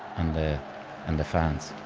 and the and the fans.